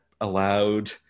allowed